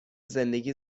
زندگی